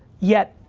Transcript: yet,